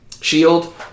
shield